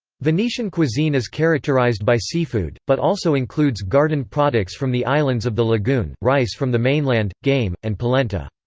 venetian cuisine is characterized by seafood, but also includes garden products from the islands of the lagoon, rice from the mainland, game, and polenta.